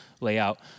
layout